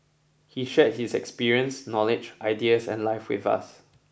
he shared his experience knowledge ideas and life with us